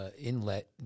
Inlet